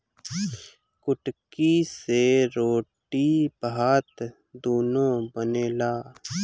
कुटकी से रोटी भात दूनो बनेला